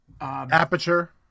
Aperture